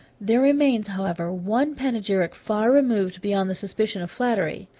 there remains, however, one panegyric far removed beyond the suspicion of flattery.